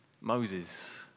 Moses